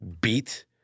beat